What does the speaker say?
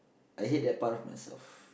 I hate that part of myself